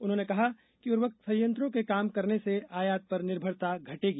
उन्होंने कहा कि उर्वरक संयंत्रों के काम करने से आयात पर निर्भरता घटेगी